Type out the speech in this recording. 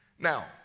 Now